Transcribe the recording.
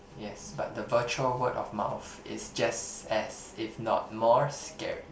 yes but the virtual word of mouth is just as if not more scary